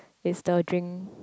is the drink